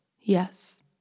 Yes